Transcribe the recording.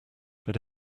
but